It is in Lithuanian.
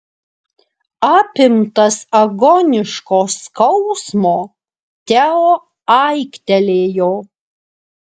apimtas agoniško skausmo teo aiktelėjo